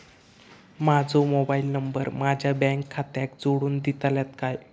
माजो mobile number माझ्या bank खात्याक जोडून दितल्यात काय?